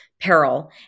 peril